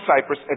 Cyprus